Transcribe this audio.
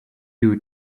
you